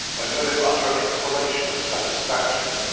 and heard him utter an exclamation of satisfaction.